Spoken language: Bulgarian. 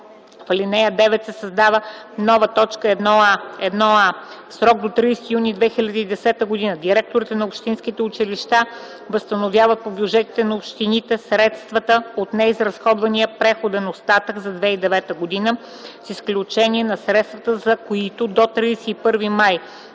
В ал. 9 се създава нова т. 1а: „1а. В срок до 30 юни 2010 г. директорите на общинските училища възстановяват по бюджетите на общините средствата от неизразходвания преходен остатък за 2009 г., с изключение на средствата, за които до 31 май